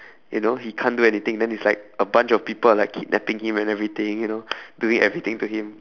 you know he can't do anything then it's like a bunch of people are like kidnapping him and everything you know doing everything to him